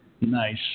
Nice